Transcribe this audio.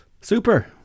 Super